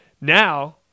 now